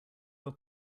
your